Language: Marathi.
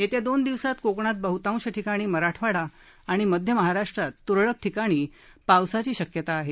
येत्या दोन दिवसात कोकणात बह्तांश ठिकाणी मराठवाडा आणि मध्य महाराष्ट्रात तुरळक ठिकाणी पावसाची शक्यता आहे